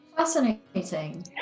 Fascinating